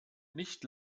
nicht